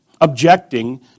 objecting